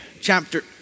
chapter